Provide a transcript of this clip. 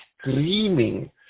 screaming